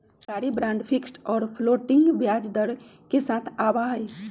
सरकारी bond fixed और floating ब्याज दर के साथ आवा हई